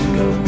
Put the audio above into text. go